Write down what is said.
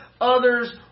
others